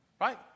right